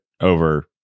over